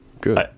good